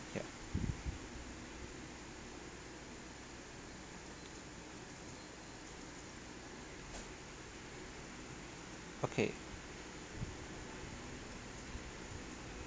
ya okay